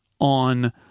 on